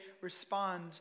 respond